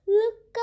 look